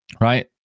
right